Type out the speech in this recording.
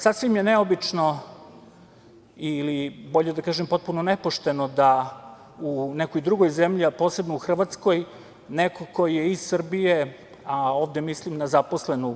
Sasvim je neobično ili bolje da kažem potpuno nepošteno da u nekoj drugoj zemlji, a posebno u Hrvatskoj, neko ko je iz Srbije, a ovde mislim na zaposlenu